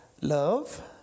Love